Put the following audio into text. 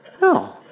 No